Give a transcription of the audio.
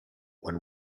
when